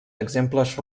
exemples